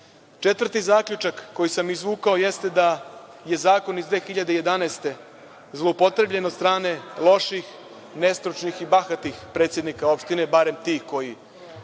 države. Četvrti zaključak koji sam izvukao jeste da je zakon iz 2011. godine zloupotrebljen od strane loših, nestručnih i bahatih predsednika opština, barem tih koji